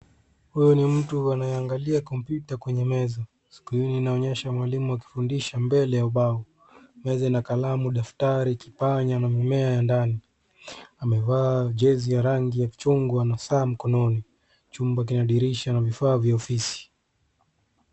Huyo ni mtu anayeangalia kompyuta kwenye meza. Skrini inaonyesha mwalimu akifundisha mbele ya ubao. Meza ina kalamu, daftari, kipanya na mimea ya ndani. Amevaa jezi ya rangi ya chungwa na saa mkononi. Chumba kina dirisha na vifaa vya ofisi.